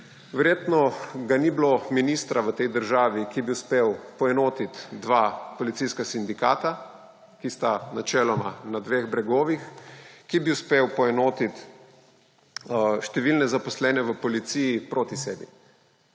Verjetno ga ni bilo ministra v tej državi, ki bi uspel poenotit dva policijska sindikata, ki sta načeloma na dveh bregovih, ki bi uspel poenotit številne zaposlene v policiji proti sebi.